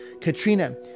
Katrina